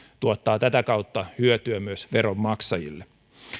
tuottaa tätä kautta hyötyä myös veronmaksajille